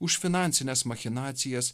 už finansines machinacijas